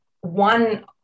one